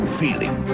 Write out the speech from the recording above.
feeling